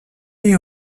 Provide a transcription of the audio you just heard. die